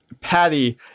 Patty